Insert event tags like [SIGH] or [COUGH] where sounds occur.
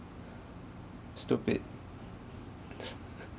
stupid [LAUGHS]